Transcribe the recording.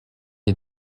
est